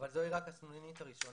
אבל זוהי רק הסנונית הראשונה,